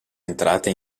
entrata